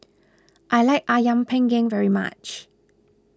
I like Ayam Panggang very much